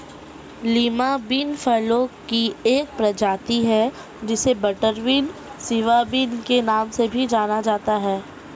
Lima bean फलियों की एक प्रजाति है जिसे बटरबीन, सिवा बिन के नाम से भी जाना जाता है